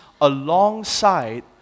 alongside